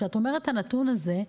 שאת אומרת את הנתון הזה,